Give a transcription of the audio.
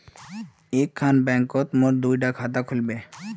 एक खान बैंकोत मोर दुई डा खाता खुल बे?